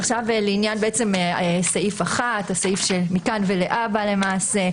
עכשיו לעניין סעיף 1, הסעיף מכאן ולהבא למעשה.